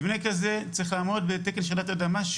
מבנה כזה צריך לעמוד בתקן של רעידות אדמה,